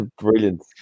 Brilliant